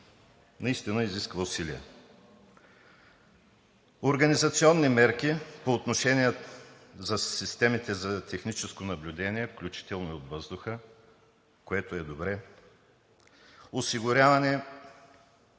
наистина изисква усилия. Организационни мерки по отношение на системите за техническо наблюдение, включително и от въздуха, което е добре. Осигуряване